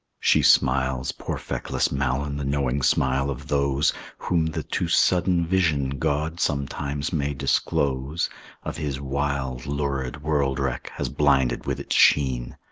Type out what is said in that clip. she smiles, poor feckless malyn, the knowing smile of those whom the too sudden vision god sometimes may disclose of his wild, lurid world-wreck, has blinded with its sheen.